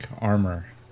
armor